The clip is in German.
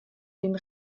den